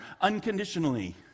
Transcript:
unconditionally